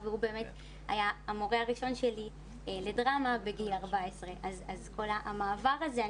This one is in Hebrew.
והוא באמת היה המורה הראשון שלי לדרמה בגיל 14. כל המעבר הזה,